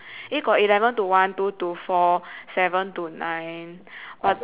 eh got eleven to one two to four seven to nine but